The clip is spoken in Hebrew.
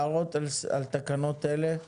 הערות על תקנות אלה יש?